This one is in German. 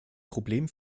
problem